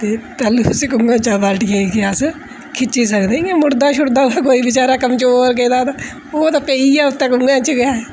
तैह्लूं बाल्टी खिचगे अस खिच्ची सकदे इ'यां मुर्दा शुड्दा होऐ बेचारा कोई कमजोर ओह् ते पेई आ खूऐ च गै